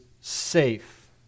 safe